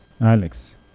Alex